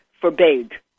forbade